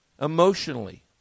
emotionally